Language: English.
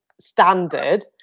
standard